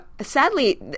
Sadly